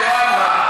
מדינת ישראל לא אמרה.